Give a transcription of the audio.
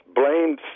blamed